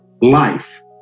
life